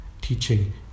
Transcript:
teaching